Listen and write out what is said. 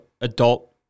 adult